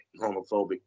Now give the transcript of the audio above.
homophobic